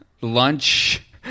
lunch